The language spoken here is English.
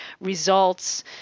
results